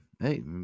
Hey